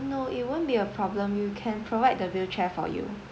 no it won't be a problem we can provide the wheelchair for you